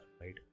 right